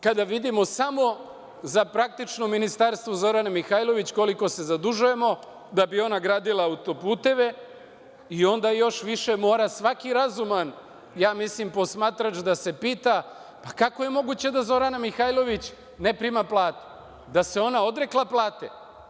Kada vidimo za ministarstvo Zorane Mihajlović koliko se zadužujemo da bi ona gradila autoputeve, onda još više mora svaki razuman posmatrač da se pita kako je moguće da Zorana Mihajlović ne prima platu, da se ona odrekla plate.